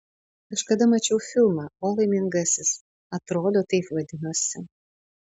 kažkada mačiau filmą o laimingasis atrodo taip vadinosi